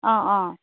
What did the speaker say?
অঁ অঁ